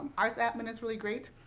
arts admin is really great.